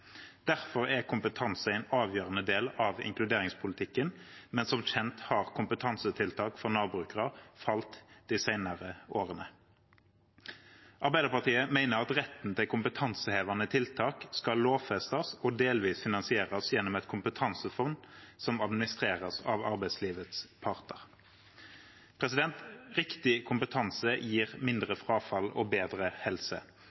Derfor er kompetanse en avgjørende del av inkluderingspolitikken, men som kjent har antall kompetansetiltak for Nav-brukere falt de senere årene. Arbeiderpartiet mener at retten til kompetansehevende tiltak skal lovfestes og delvis finansieres gjennom et kompetansefond som administreres av arbeidslivets parter. Riktig kompetanse gir mindre frafall og bedre helse.